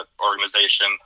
organization